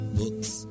books